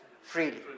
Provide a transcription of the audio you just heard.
freely